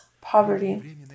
poverty